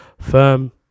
firm